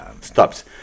stops